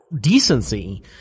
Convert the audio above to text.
decency